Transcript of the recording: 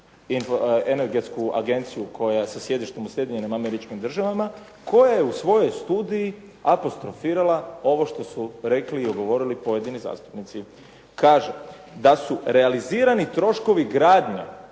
energetsku agenciju koja ima sjedište u Sjedinjenim Američkim Državama koja u svoj studiji apostrofirala ovo što su rekli i govorili pojedini zastupnici. Kaže, da su realizirani troškovi gradnje